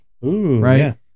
Right